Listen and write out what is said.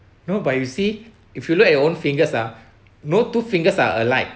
no but you see if you look at your own fingers ah no two fingers are alike